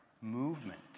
movement